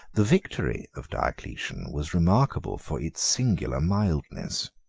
the victory of diocletian was remarkable for its singular mildness.